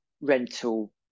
rental